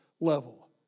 level